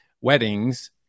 weddings